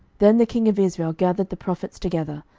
then the king of israel gathered the prophets together,